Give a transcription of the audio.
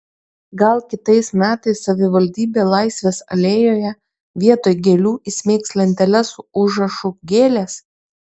gal kitais metais savivaldybė laisvės alėjoje vietoj gėlių įsmeigs lenteles su užrašu gėlės